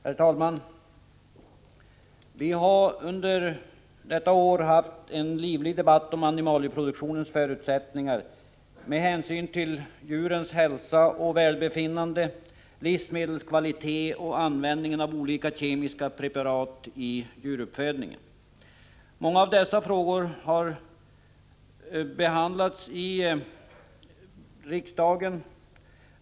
Herr talman! Vi har under detta år haft en livlig debatt om animalieproduktionens förutsättningar med hänsyn till djurens hälsa och välbefinnande, livsmedelskvalitet och användningen av olika kemiska preparat i djuruppfödningen. Många av dessa frågor har behandlats av riksdagen.